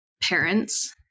parents